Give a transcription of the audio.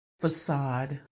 facade